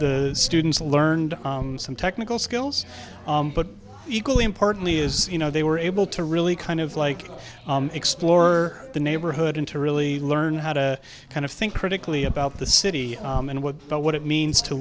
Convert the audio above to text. the students learned some technical skills but equally importantly is you know they were able to really kind of like explore the neighborhood and to really learn how to kind of think critically about the city and what but what it means to